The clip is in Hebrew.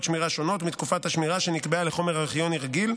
שמירה שונות מתקופת השמירה שנקבעה לחומר ארכיוני רגיל,